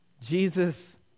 Jesus